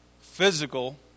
physical